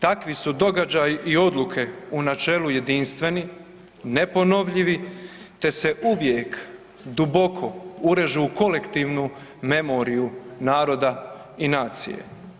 Takvi su događaji i odluke u načelu jedinstveni i neponovljivi te se uvijek duboko urežu u kolektivnu memoriju naroda i nacije.